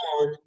on